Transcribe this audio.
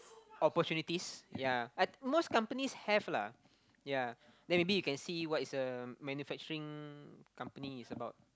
opportunities ya I think most companies have lah ya then maybe you can see what is a manufacturing company is about